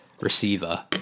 receiver